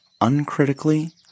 uncritically